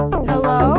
Hello